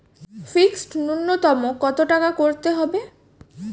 Fixed নুন্যতম কত টাকা করতে হবে?